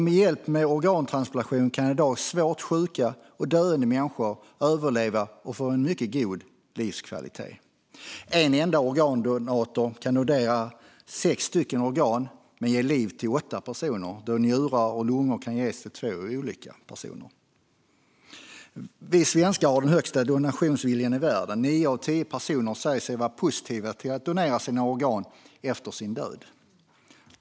Med hjälp av organtransplantationer kan i dag svårt sjuka och döende människor överleva och få en mycket god livskvalitet. En enda organdonator kan donera sex olika organ men ge liv till åtta personer, då njurar och lungor kan ges till två olika personer. Vi svenskar har den högsta donationsviljan i världen. Nio av tio personer säger sig vara positiva till att donera sina organ efter sin död.